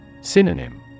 Synonym